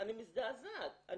ואני מזדעזעת.